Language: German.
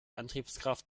antriebskraft